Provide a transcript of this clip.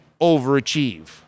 overachieve